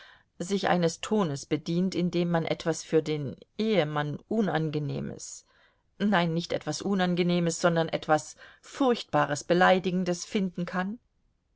sich eines tones bedient in dem man etwas für den ehemann unangenehmes nein nicht etwas unangenehmes sondern etwas furchtbares beleidigendes finden kann